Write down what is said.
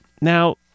now